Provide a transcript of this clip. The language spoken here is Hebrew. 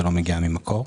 זה לא מגיע ממקור.